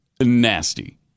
nasty